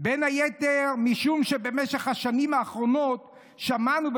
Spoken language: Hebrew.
בין היתר משום שבמשך השנים האחרונות שמענו,